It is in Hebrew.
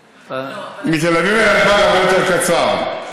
מתל אביב לנתב"ג הרבה יותר קצר.